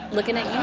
looking at